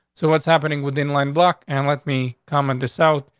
so what's happening with in line block and let me come into south,